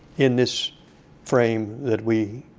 in this frame that we